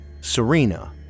Serena